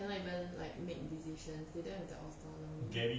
cannot even like make decisions they don't have the autonomy